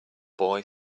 boy